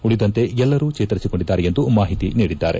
ಉಳಿದಂತೆ ಎಲ್ಲರೂ ಚೇತರಿಸಿಕೊಂಡಿದ್ದಾರೆ ಎಂದು ಮಾಹಿತಿ ನೀಡಿದ್ದಾರೆ